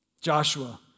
Joshua